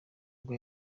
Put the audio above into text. ubwo